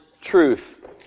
truth